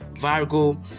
Virgo